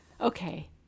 Okay